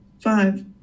five